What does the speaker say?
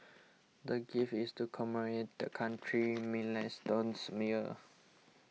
the gift is to commemorate the country's milestones year